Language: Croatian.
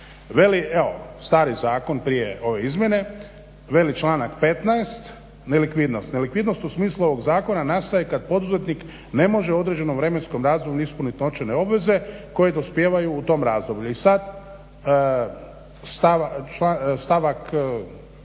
stari zakon prije ove izmjene, veli članak 15. nelikvidnost, nelikvidnost u smislu ovog zakona nastaje kad poduzetnik ne može u određenom vremenskom razdoblju ispunit novčane obveze koje dospijevaju u tom razdoblju. I sad stavak,